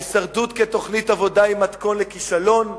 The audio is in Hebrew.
ההישרדות כתוכנית עבודה היא מתכון לכישלון,